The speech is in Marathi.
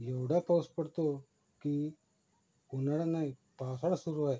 एवढा पाऊस पडतो की उन्हाळा नाही पावसाळा सुरू आहे